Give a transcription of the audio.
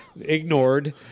ignored